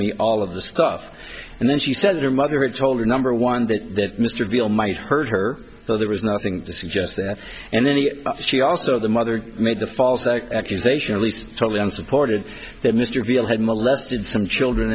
me all of this stuff and then she said her mother had told her number one that mr veal might hurt her so there was nothing to suggest there and then he she also the mother made the false accusation at least totally unsupported that mr beale had molested some children